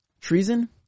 treason